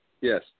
Yes